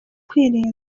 kwirinda